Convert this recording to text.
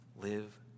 live